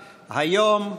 היום,